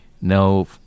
no